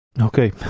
Okay